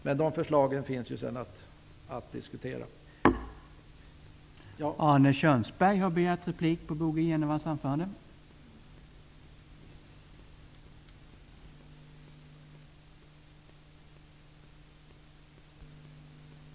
Men de förslagen finns det ju möjligheter att diskutera senare.